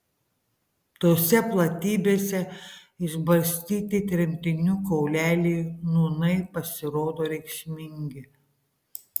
tose platybėse išbarstyti tremtinių kauleliai nūnai pasirodo reikšmingi